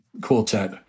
quartet